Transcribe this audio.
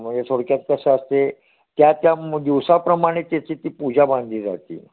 म्हणजे थोडक्यात कसं असते त्या त्या दिवसाप्रमाणे त्याची ती पूजा बांधली जाते